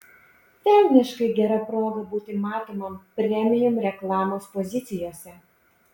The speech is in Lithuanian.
velniškai gera proga būti matomam premium reklamos pozicijose